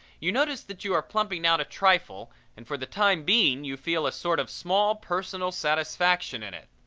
you notice that you are plumping out a trifle and for the time being you feel a sort of small personal satisfaction in it.